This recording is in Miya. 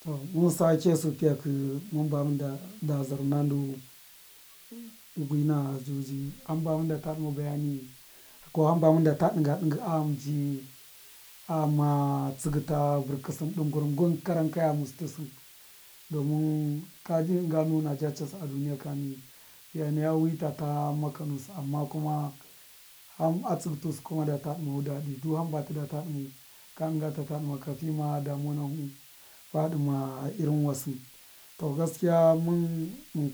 To mun sake su piyakṫ mun bada zaruna ndu gwṫna juji hamba mun da ta dṫma bayani ko hamba mun data dṫnga dṫnga a gham ji a ghana tsṫgṫ ta vṫrkṫsṫn dumgurugum karan kaye ghamu sṫ tṫ sṫn domin ka ji dṫnga nu na da chasṫ a dniya kani fiya naya wi tata maka nusṫ amma kuma ham atsṫgi tusṫ kuma da ta dṫma hu daṫ do hamba tu data dṫmau ka dṫnga tu ta dṫma ka fima damuwa nahu fima fa dima irin wasṫ to gaskiya mun mun